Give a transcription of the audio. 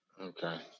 Okay